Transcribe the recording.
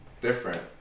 different